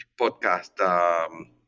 podcast